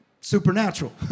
supernatural